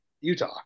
Utah